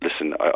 listen